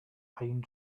pine